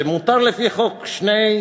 שמותר לפי חוק שהיא